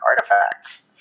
artifacts